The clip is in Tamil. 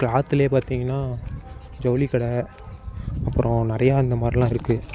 கிளாத்திலே பார்த்திங்கனா ஜவுளி கடை அப்புறம் நிறையா அந்த மாதிரிலாம் இருக்குது